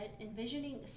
envisioning